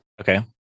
Okay